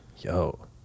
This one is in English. yo